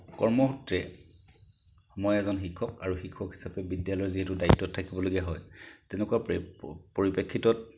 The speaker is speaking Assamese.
কৰ্মসূত্ৰে মই এজন শিক্ষক আৰু শিক্ষক হিচাপে বিদ্যালয়ৰ যিহেতু দ্বায়িত্বত থাকিবলগীয়া হয় তেনেকুৱা প্ৰে পৰিপ্ৰেক্ষিতত